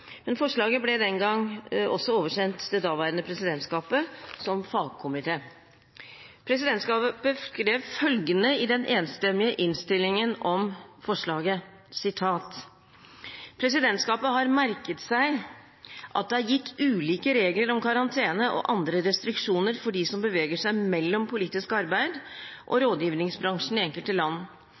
men forslaget ble den gang også oversendt det daværende presidentskapet som fagkomité. Presidentskapet skrev følgende i den enstemmige innstillingen om forslaget: «Presidentskapet har merket seg at det er gitt ulike regler om karantene og andre restriksjoner for de som beveger seg mellom politisk arbeid og rådgivningsbransjen i enkelte land.